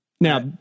Now